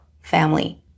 family